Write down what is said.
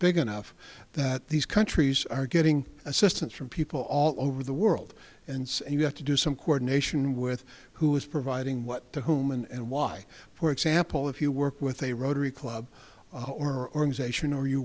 big enough that these countries are getting assistance from people all over the world and you have to do some cord nation with who is providing what to whom and why for example if you work with a rotary club or zation or you